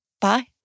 Bye